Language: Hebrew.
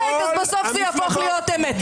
בסוף זה יהפוך להיות אמת.